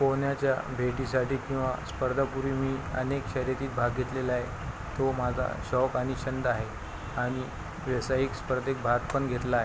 पोहोण्याच्या भेटीसाठी किंवा स्पर्धापूर्वी मी अनेक शर्यतीत भाग घेतलेला आहे तो माझा शौक आणि छंद आहे आणि व्यावसायिक स्पर्धेत भाग पण घेतला आहे